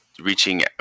reaching